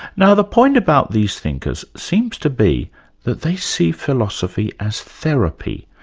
now the point about these thinkers seems to be that they see philosophy as therapy,